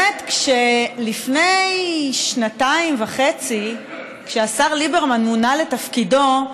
לפני שנתיים וחצי, כשהשר ליברמן מונה לתפקידו,